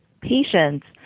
patients